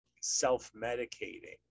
self-medicating